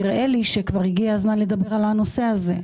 נראה לי שכבר הגיע הזמן לדבר על הנושא הזה.